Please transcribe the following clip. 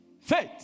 faith